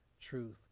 truth